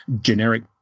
generic